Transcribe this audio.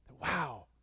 wow